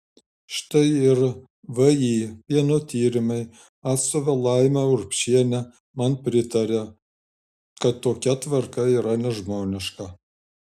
štai ir vį pieno tyrimai atstovė laima urbšienė man pritarė kad tokia tvarka yra nežmoniška